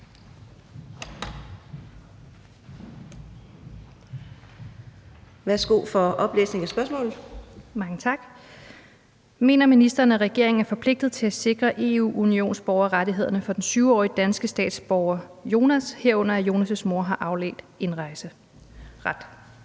13:07 Marianne Bigum (SF): Mange tak. Mener ministeren, at regeringen er forpligtet til at sikre EU-unionsborgerrettighederne for den 7-årige danske statsborger »Jonas«, herunder at »Jonas'« mor har afledt indrejseret?